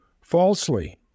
falsely